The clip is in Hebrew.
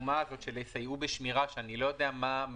הסוגיה.